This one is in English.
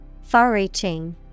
Far-reaching